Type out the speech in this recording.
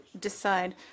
decide